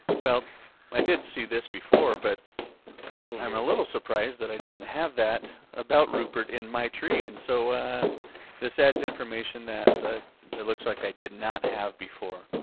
well i did see this before, but i'm a little surprised that i didn't have that about rupert in my tree. and so this adds information that ah that looks like i did not have before.